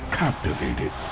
captivated